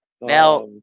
Now